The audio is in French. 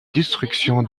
destruction